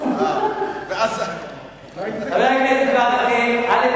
חבר הכנסת ברכה, א.